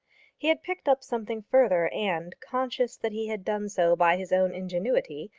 he had picked up something further, and, conscious that he had done so by his own ingenuity,